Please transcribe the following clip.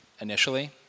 initially